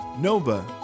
Nova